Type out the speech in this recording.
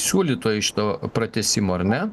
siūlytojai šito pratęsimo ar ne